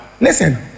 Listen